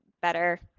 better